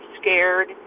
scared